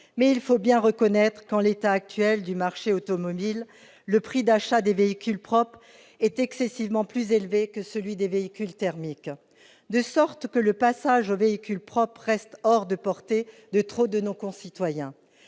mais il faut bien reconnaître qu'en l'état actuel du marché automobile, le prix d'achat des véhicules propres est excessivement plus élevé que celui des véhicules thermiques, de sorte que le passage aux véhicules propres reste hors de portée d'un trop grand nombre de nos concitoyens.